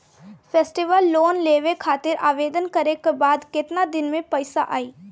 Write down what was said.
Festival loan लेवे खातिर आवेदन करे क बाद केतना दिन म पइसा आई?